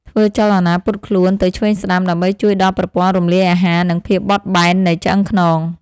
ធ្វើចលនាពត់ខ្លួនទៅឆ្វេងស្ដាំ ដើម្បីជួយដល់ប្រព័ន្ធរំលាយអាហារ និងភាពបត់បែននៃឆ្អឹងខ្នង។